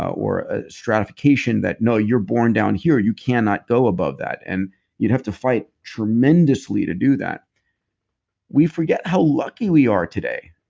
or a stratification that, no, you're born down here. you cannot go above that. and you'd have to fight tremendously to do that we forget how lucky we are today.